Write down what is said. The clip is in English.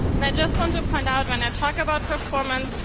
yeah just want to point out when i talk about performance,